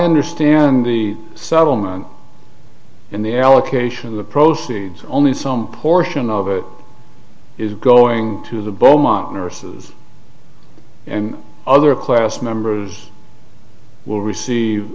understand the settlement in the allocation of the proceeds only some portion of it is going to the boma nurses and other class members will receive